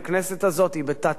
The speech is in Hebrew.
הכנסת הזאת היא בתת-תפקוד,